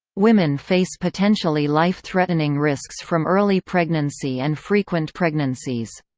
women face potentially life-threatening risks from early pregnancy and frequent pregnancies.